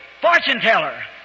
fortune-teller